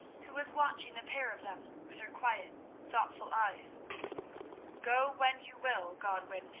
who was watching the pair of them with her quiet thoughtful eyes go when you will, godwin,